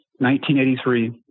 1983